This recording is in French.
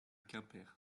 quimper